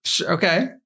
Okay